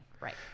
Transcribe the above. right